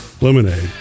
lemonade